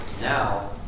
now